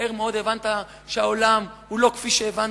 מהר מאוד הבנת שהעולם הוא לא כפי שהבנת.